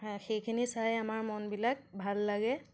সেইখিনি চাই আমাৰ মনবিলাক ভাল লাগে